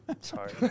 Sorry